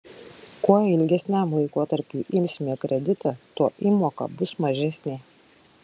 kuo ilgesniam laikotarpiui imsime kreditą tuo įmoka bus mažesnė